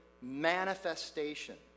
manifestation